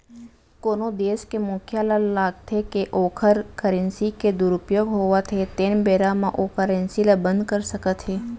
कोनो देस के मुखिया ल लागथे के ओखर करेंसी के दुरूपयोग होवत हे तेन बेरा म ओ करेंसी ल बंद कर सकत हे